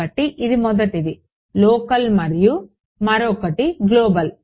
కాబట్టి ఇది మొదటిది లోకల్ మరియు మరొకటి గ్లోబల్